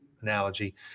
analogy